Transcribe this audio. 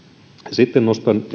sitten